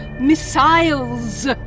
missiles